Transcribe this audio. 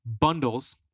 Bundles